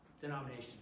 denomination